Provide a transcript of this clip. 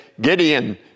Gideon